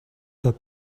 that